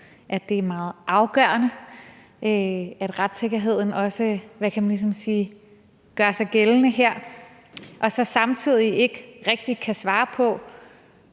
at det er meget afgørende, at retssikkerheden også gør sig gældende her, men så samtidig ikke rigtig kan svare på,